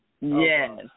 Yes